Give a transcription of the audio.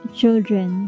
children